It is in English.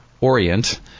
orient